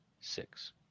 six